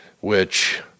which-